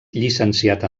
llicenciat